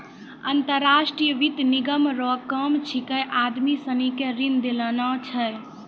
अंतर्राष्ट्रीय वित्त निगम रो काम छिकै आदमी सनी के ऋण दिलाना छै